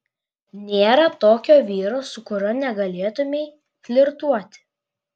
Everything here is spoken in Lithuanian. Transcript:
nėra tokio vyro su kuriuo negalėtumei flirtuoti